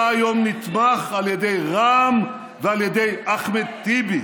אתה היום נתמך על ידי רע"מ ועל ידי אחמד טיבי.